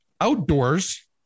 outdoors